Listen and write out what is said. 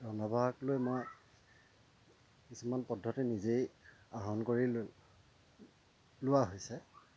ৰন্ধা বঢ়াক লৈ মই কিছুমান পদ্ধতি নিজেই আহৰণ কৰি লৈ লোৱা হৈছে